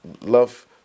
love